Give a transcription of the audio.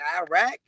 iraq